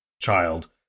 child